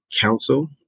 council